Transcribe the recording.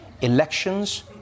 elections